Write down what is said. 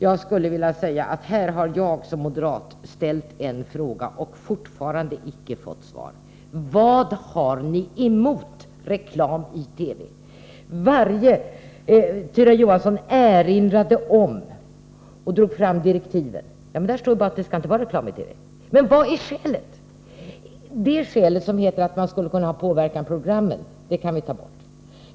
Jag skulle vilja säga att här har jag som moderat ställt en fråga och fortfarande icke fått svar. Vad har ni emot reklam i TV? Tyra Johansson erinrade om och drog fram direktiven. Där står bara att det inte skall vara reklam i TV. Men vad är skälet? Skälet att man skulle kunna påverka programmen kan vi ta bort.